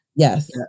Yes